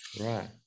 Right